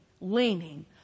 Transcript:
leaning